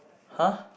[huh]